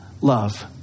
love